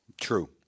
True